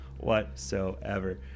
whatsoever